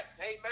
Amen